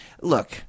Look